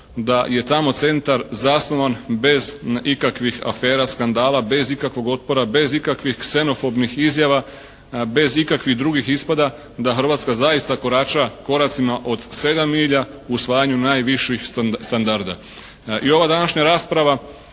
da je tamo Centar zasnovan bez ikakvih afera, skandala, bez ikakvog otpora, bez ikakvih ksenofobnih izjava, bez ikakvih drugih ispada da Hrvatska zaista korača koracima od 7 milja u usvajanju najviših standarda. I ova današnja rasprava